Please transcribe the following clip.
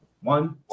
One